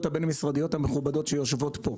הבין משרדיות המכובדות שיושבות פה.